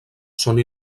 són